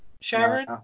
Sharon